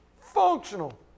Functional